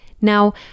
Now